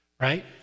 right